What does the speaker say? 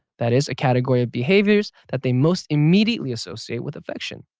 that is a category of behaviors that they most immediately associate with affection.